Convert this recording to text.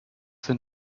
sind